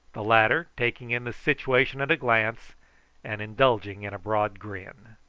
the latter taking in the situation at a glance and indulging in a broad grin.